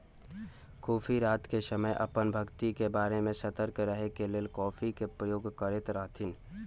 सूफी रात के समय अप्पन भक्ति के बेर सतर्क रहे के लेल कॉफ़ी के प्रयोग करैत रहथिन्ह